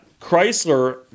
Chrysler